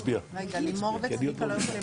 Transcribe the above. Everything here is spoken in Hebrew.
רגע, לימור וצביקה לא יכולים